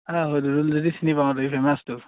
অঁ চিনি পাওঁ ফেমাছটো